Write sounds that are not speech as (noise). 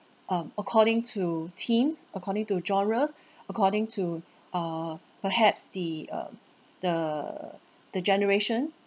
um according to themes according to genres (breath) according to err perhaps the uh the the generation